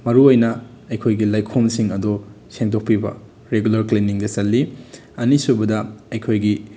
ꯃꯔꯨꯑꯣꯏꯅ ꯑꯩꯈꯣꯏꯒꯤ ꯂꯩꯈꯣꯝꯁꯤꯡ ꯑꯗꯨ ꯁꯦꯡꯗꯣꯛꯄꯤꯕ ꯔꯤꯒꯨꯂꯔ ꯀ꯭ꯂꯤꯅꯤꯡꯗ ꯆꯜꯂꯤ ꯑꯅꯤꯁꯨꯕꯗ ꯑꯩꯈꯣꯏꯒꯤ